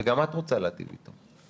וגם את רוצה להיטיב איתו,